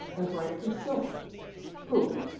embroidered with silver who,